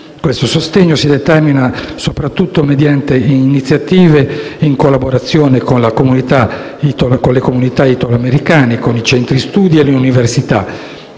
Questo sostegno si determina soprattutto mediante iniziative, in collaborazione con le comunità italoamericane, con i centri studi e con le università,